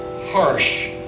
harsh